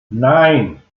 nein